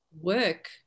work